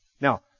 Now